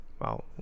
Wow